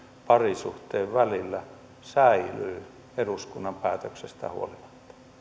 parisuhteen välillä säilyy eduskunnan päätöksestä huolimatta